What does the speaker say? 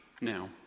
now